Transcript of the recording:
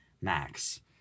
max